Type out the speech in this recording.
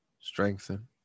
strengthen